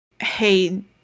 Hey